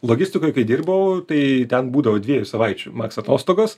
logistikoj kai dirbau tai ten būdavo dviejų savaičių maks atostogos